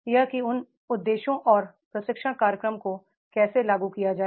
यह की उन उद्देश्यों और प्रशिक्षण कार्यक्रम को कैसे लागू किया जाए